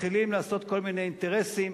מתחילים לעלות כל מיני אינטרסים.